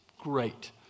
Great